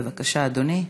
בבקשה, אדוני.